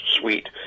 sweet